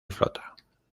flota